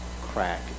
crack